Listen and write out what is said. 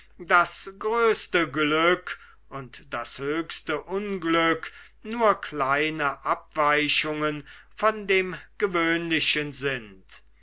das größte glück und das höchste unglück nur kleine abweichungen von dem gewöhnlichen sind